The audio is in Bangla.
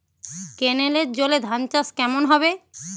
কেনেলের জলে ধানচাষ কেমন হবে?